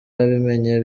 abimenye